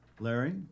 Larry